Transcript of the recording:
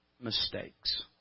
mistakes